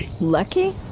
Lucky